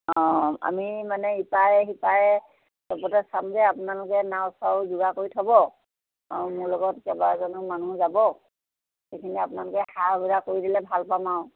অঁ আমি মানে ইপাৰে সিপাৰে চবতে চাম যে আপোনালোকে নাও চাও যোগাৰ কৰি থব আৰু মোৰ লগত কেইবাজনো মানুহ যাব সেইখিনি আপোনালোকে সা সুবিধা কৰি দিলে ভাল পাম আৰু